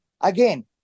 again